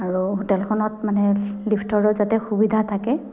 আৰু হোটেলখনত মানে লিফ্টৰো যাতে সুবিধা থাকে